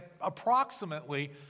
approximately